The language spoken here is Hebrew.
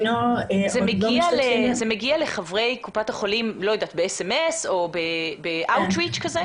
זה מגיע לחברי קופת חולים ב-SMS או באאוט ריצ' כזה?